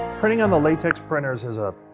printing on the latex printers is a,